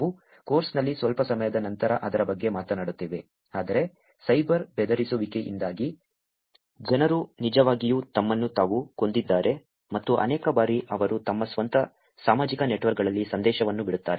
ನಾವು ಕೋರ್ಸ್ನಲ್ಲಿ ಸ್ವಲ್ಪ ಸಮಯದ ನಂತರ ಅದರ ಬಗ್ಗೆ ಮಾತನಾಡುತ್ತೇವೆ ಆದರೆ ಸೈಬರ್ ಬೆದರಿಸುವಿಕೆಯಿಂದಾಗಿ ಜನರು ನಿಜವಾಗಿಯೂ ತಮ್ಮನ್ನು ತಾವು ಕೊಂದಿದ್ದಾರೆ ಮತ್ತು ಅನೇಕ ಬಾರಿ ಅವರು ತಮ್ಮ ಸ್ವಂತ ಸಾಮಾಜಿಕ ನೆಟ್ವರ್ಕ್ಗಳಲ್ಲಿ ಸಂದೇಶವನ್ನು ಬಿಡುತ್ತಾರೆ